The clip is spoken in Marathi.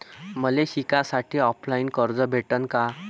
मले शिकासाठी ऑफलाईन कर्ज भेटन का?